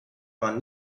man